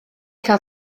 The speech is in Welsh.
cael